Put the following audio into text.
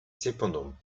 cependant